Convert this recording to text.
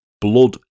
blood